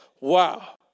wow